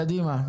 קדימה.